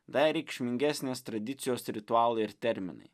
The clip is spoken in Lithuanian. dar reikšmingesnės tradicijos ritualai ir terminai